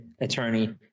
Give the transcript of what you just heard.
attorney